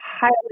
highly